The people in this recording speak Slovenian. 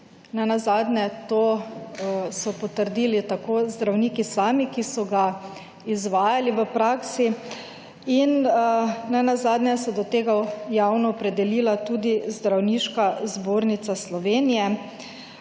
Nenazadnje to so potrdili tako zdravniki sami, ki so ga izvajali v praksi. In nenazadnje se je do tega javno opredelila tudi Zdravniška zbornica Slovenije